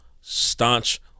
staunch